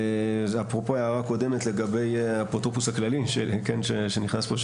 זה אפרופו הערה קודמת לגבי האפוטרופוס הכללי שנכנס פה,